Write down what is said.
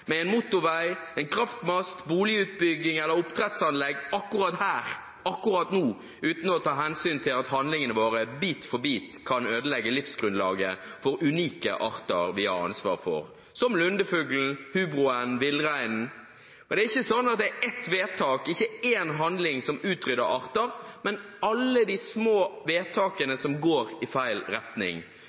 med en motorvei, en kraftmast, boligutbygging eller oppdrettsanlegg – akkurat her, akkurat nå, uten å ta hensyn til at handlingene våre bit for bit kan ødelegge livsgrunnlaget for unike arter vi har ansvaret for, som lundefuglen, hubroen, villreinen. Det er ikke sånn at det er ett vedtak, én handling, som utrydder arter, men alle de små vedtakene som går i feil retning.